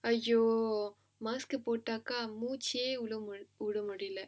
!aiyo! mask போட்டாக்க மூச்சே விட முடில:pottaakkaa moochae vida mudila